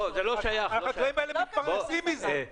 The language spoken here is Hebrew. החקלאים האלה מתפרנסים מזה,